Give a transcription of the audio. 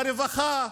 ברווחה,